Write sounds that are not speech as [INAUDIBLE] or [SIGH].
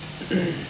[COUGHS]